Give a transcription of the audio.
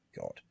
God